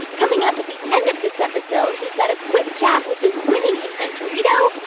coming up at the end of this episode, we've got a quick chat with the winning inventorito,